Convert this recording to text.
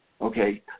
Okay